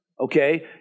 okay